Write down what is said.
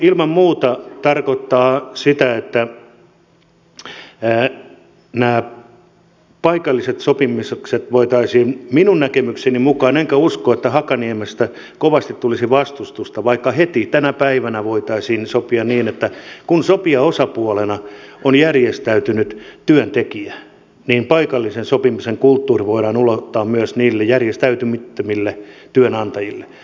ilman muuta tämä tarkoittaa sitä että nämä paikalliset sopimukset voitaisiin minun näkemykseni mukaan enkä usko että hakaniemestä kovasti tulisi vastustusta vaikka heti tänä päivänä sopia niin että kun sopijaosapuolena on järjestäytynyt työntekijä niin paikallisen sopimisen kulttuuri voidaan ulottaa myös niille järjestäytymättömille työnantajille